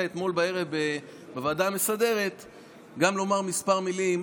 אתמול בוועדה המסדרת גם לומר כמה מילים